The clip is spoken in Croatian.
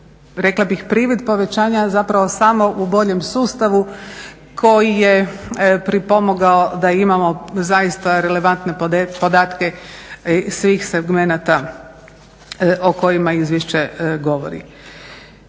je ovaj privid povećanja zapravo samo u boljem sustavu koji je pripomogao da imamo zaista relevantne podatke svih segmenata o kojima izvješće govori.